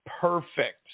perfect